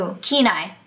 Kenai